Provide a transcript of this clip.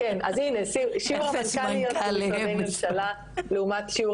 אז הנה שיעור המנכ"ליות לעומת שיעור